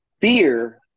fear